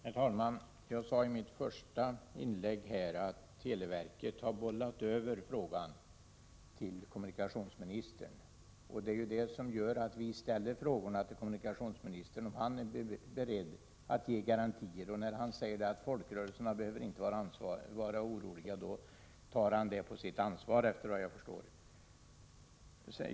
Herr talman! Jag sade i mitt första inlägg att televerket har bollat över frågan till kommunikationsministern, och det är det som gör att vi ställer frågor till kommunikationsministern om han är beredd att ge garantier. När han nu säger att folkrörelserna inte behöver vara oroliga, tar han efter vad jag kan förstå det på sitt ansvar.